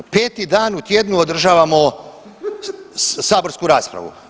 Peti dan u tjednu održavamo saborsku raspravu.